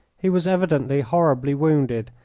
he was evidently horribly wounded,